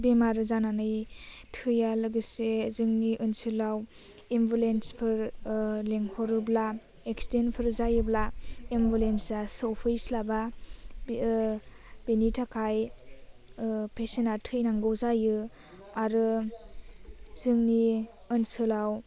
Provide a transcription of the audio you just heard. बेमार जानानै थैया लोगोसे जोंनि ओनसोलाव एम्बुलेन्सफोर लिंहरोब्ला एक्सिदेन्दफोर जायोब्ला एम्बुलेन्सआ सौफैस्लाबा बेनि थाखाय पेसेन्तआ थैनांगौ जायो आरो जोंनि ओनसोलाव